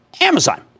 Amazon